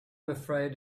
afraid